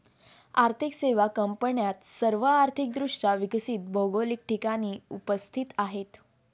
आर्थिक सेवा कंपन्या सर्व आर्थिक दृष्ट्या विकसित भौगोलिक ठिकाणी उपस्थित आहेत